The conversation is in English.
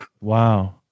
Wow